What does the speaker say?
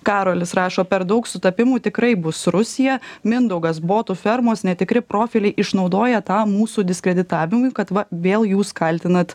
karolis rašo per daug sutapimų tikrai bus rusija mindaugas botų fermos netikri profiliai išnaudoja tą mūsų diskreditavimui kad va vėl jūs kaltinat